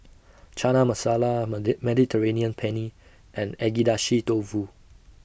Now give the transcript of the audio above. Chana Masala Mediterranean Penne and Agedashi Dofu